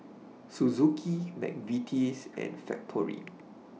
Suzuki Mcvitie's and Factorie